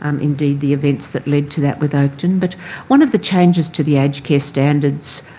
um indeed, the events that led to that with oakden. but one of the changes to the aged care standards